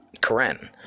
karen